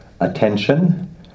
attention